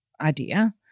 idea